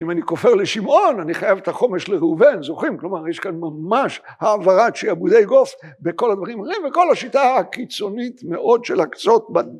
אם אני כופר לשמעון, אני חייב את החומש לראובן, זוכרים? כלומר, יש כאן ממש העברת שעבודי גוף בכל הדברים. וכל השיטה הקיצונית מאוד של להקצות ב...